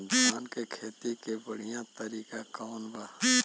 धान के खेती के बढ़ियां तरीका कवन बा?